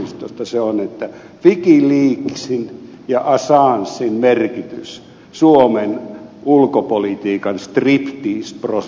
se on wikileaksin ja assangen merkitys suomen ulkopolitiikan striptease prosessissa